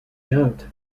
ghent